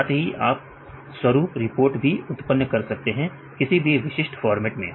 साथ ही आप स्वरूप रिपोर्ट भी उत्पन्न कर सकते हैं किसी भी विशिष्ट फॉर्मेट में